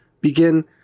begin